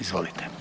Izvolite.